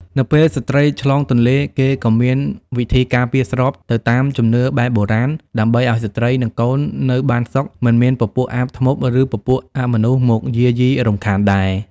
នៅពេលស្ត្រីឆ្លងទន្លេរគេក៏មានវិធីការពារស្របទៅតាមជំនឿបែបបុរាណដើម្បីឲ្យស្រ្តីនិងកូននៅបានសុខមិនមានពពួកអាបធ្មប់ឬពពួកអមនុស្សមកយាយីរំខានដែរ